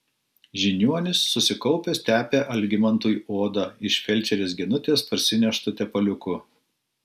žiniuonis susikaupęs tepė algimantui odą iš felčerės genutės parsineštu tepaliuku